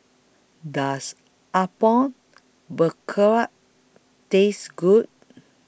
Does Apom Berkuah Taste Good